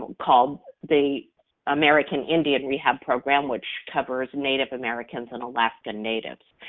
and called the american indian rehab program, which covers native americans and alaskan natives,